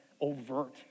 overt